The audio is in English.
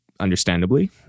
Understandably